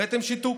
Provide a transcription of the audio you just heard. הבאתם שיתוק,